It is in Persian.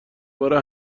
باره